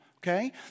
Okay